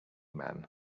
man